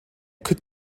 could